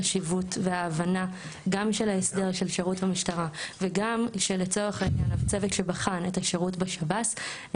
החשיבות וההבנה של ההסדר של השירות במשטרה והצורך של השירות בשב"ס,